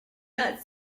not